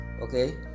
Okay